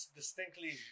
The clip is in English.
distinctly